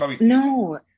No